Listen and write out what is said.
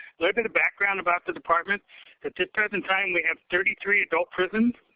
little bit of background about the department. at this present time, we have thirty three adult prisons.